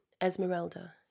Esmeralda